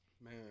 Man